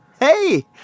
hey